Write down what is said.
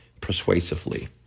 persuasively